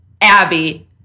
Abby